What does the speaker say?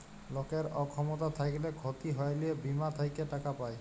লকের অক্ষমতা থ্যাইকলে ক্ষতি হ্যইলে বীমা থ্যাইকে টাকা পায়